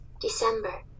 December